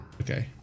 Okay